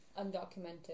undocumented